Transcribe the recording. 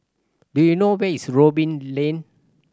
do you know where is Robin Lane